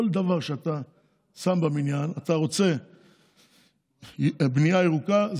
כל דבר שאתה שם בבניין, אתה רוצה בנייה ירוקה?